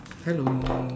hello